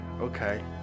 okay